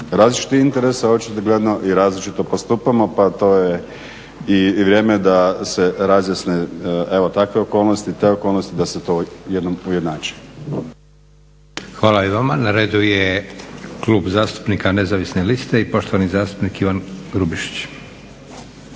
različitih interesa očigledno i različito postupamo pa to je i vrijeme da se razjasne takve okolnosti, te okolnosti da se to jednom ujednači. **Leko, Josip (SDP)** Hvala i vama. Na redu je Klub zastupnika Nezavisne liste i poštovani zastupnik Ivan Grubišić.